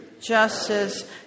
justice